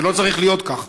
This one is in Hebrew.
זה לא צריך להיות כך.